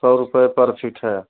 सौ रुपये पर फीट है